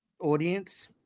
audience